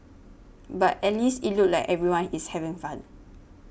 but at least it looks like everyone is having fun